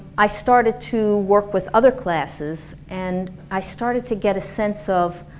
i started to work with other classes and i started to get a sense of